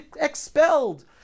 expelled